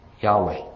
Yahweh